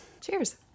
cheers